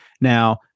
Now